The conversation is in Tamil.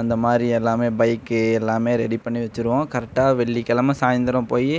அந்த மாதிரி எல்லாமே பைக்கு எல்லாமே ரெடி பண்ணி வச்சுருவோம் கரெட்டாக வெள்ளிக்கிழமை சாயந்தரம் போய்